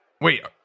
wait